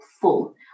full